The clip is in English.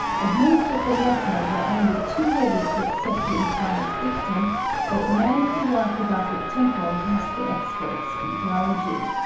and most of the latter were only too ready to accept the implied dictum that men who work about a temple must be experts in theology!